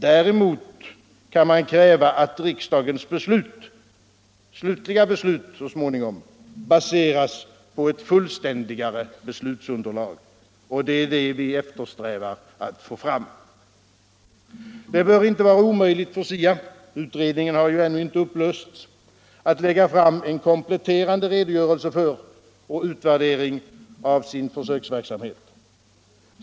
Däremot kan man kräva att riksdagens definitiva beslut så småningom baseras på ett fullständigare underlag, och det är detta vi eftersträvar att få fram. Det bör inte vara omöjligt för SIA — utredningen har ju ännu inte upplösts — att lägga fram en kompletterande redogörelse för och utvärdering av sin försöksverksamhet.